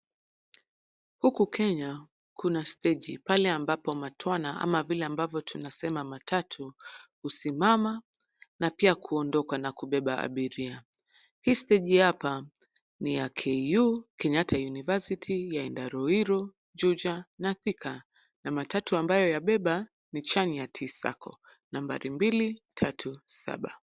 Huku Kenya kuna steji, pale ambapo matwana ama vile ambavyo tunasema matatu husimama na pia kuondoka na kubeba abiria. Hii steji ya hapa ni ya KU, Kenyatta University, yaenda Ruiru, Juja na Thika, na matatu ambayo yabeba ni Chania T Sacco, nambari mbili tatu saba.